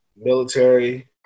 military